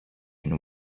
been